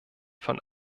von